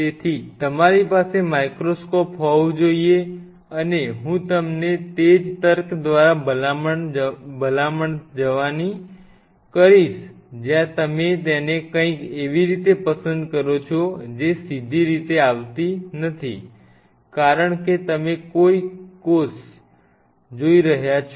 તેથી તમારી પાસે માઇક્રોસ્કોપ હોવું જોઈએ અને હું તમને તે જ તર્ક દ્વારા જવાની ભલામણ કરીશ જ્યાં તમે તેને કંઈક એવી પસંદ કરો છો જે સીધી રીતે આવતી નથી કારણ કે તમે કોષ જોઈ રહ્યા છો